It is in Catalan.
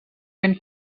ben